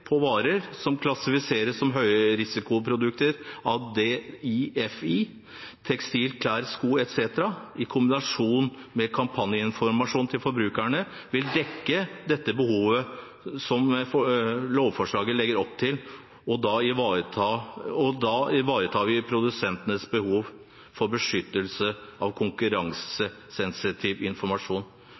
på varer som klassifiseres som høyrisikoprodukter av Difi, som tekstiler, klær, sko etc., i kombinasjon med kampanjeinformasjon til forbrukerne, vil dekke dette behovet som lovforslaget legger opp til, og da ivareta produsentenes behov for beskyttelse av konkurransesensitiv informasjon.